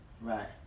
Right